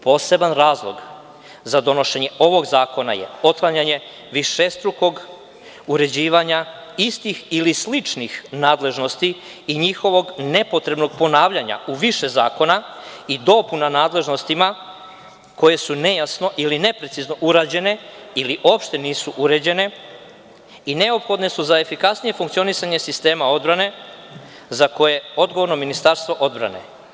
Poseban razlog za donošenje ovog zakona je otklanjanje višestrukog uređivanja istih ili sličnih nadležnosti i njihovog nepotrebnog ponavljanja u više zakona i dopuna nadležnostima koje su nejasno ili neprecizno uređene ili uopšte nisu uređene i neophodne su za efikasnije funkcionisanje sistema odbrane za koje je odgovorno Ministarstvo odbrane.